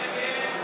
נגד.